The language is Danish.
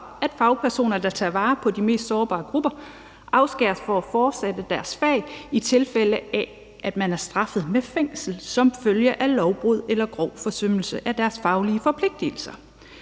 at fagpersoner, der tager vare på de mest sårbare grupper, afskæres fra at fortsætte i deres fag, i tilfælde af at man er straffet med fængsel som følge af lovbrud eller grov forsømmelse af sine faglige forpligtigelser.